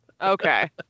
Okay